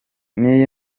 n’iyi